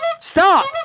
Stop